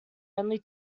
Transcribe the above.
only